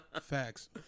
Facts